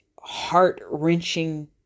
heart-wrenching